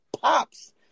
pops